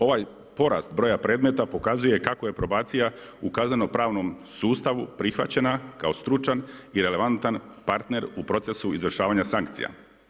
Ovaj porast broja predmeta pokazuje kako je probacija u kaznenopravnom sustavu prihvaćena kao stručan i relevantan partner u procesu izvršavanja sankcija.